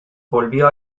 volvió